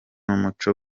umuco